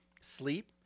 sleep